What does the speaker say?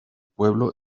pueblo